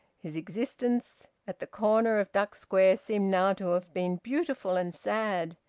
his existence at the corner of duck square seemed now to have been beautiful and sad,